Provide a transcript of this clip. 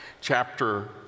chapter